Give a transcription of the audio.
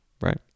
right